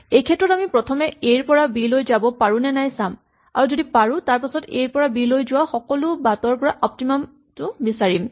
এইক্ষেত্ৰত আমি প্ৰথমে এ ৰ পৰা বি লৈ যাব পাৰো নে চাম আৰু যদি পাৰো তাৰপাছত এ ৰ পৰা বি লৈ যোৱা সকলো বাটৰ পৰা অপ্তিমাম টো বিচাৰিম